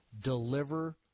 deliver